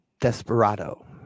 Desperado